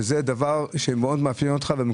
זה דבר שמאפיין אותך מאוד.